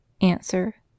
Answer